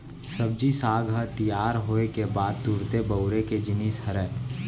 सब्जी साग ह तियार होए के बाद तुरते बउरे के जिनिस हरय